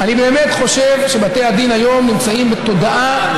אני באמת חושב שבתי הדין היום נמצאים בתודעה